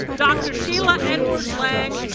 dr. shiela edwards lange,